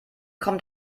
kommt